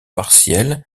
partiel